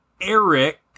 Eric